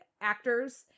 actors